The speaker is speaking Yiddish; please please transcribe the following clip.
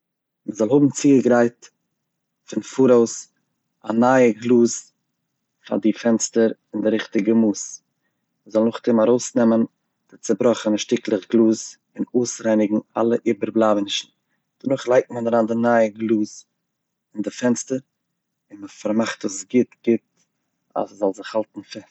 מען זאל האבן צוגעגרייט פון פאראויס א נייע גלאז פאר די פענסטער אין די ריכטיגער מאס, מען זאל נאכדעם ארויסנעמען די צובראכענע שטיקלעך גלאז און אויסרייניגן אלע איבערבלייבענישן, דערנאך לייגט מען אריין די נייע גלאז אין די פענסטער, און מען פארמאכט עס גוט גוט אז עס זאל זיך האלטן פעסט.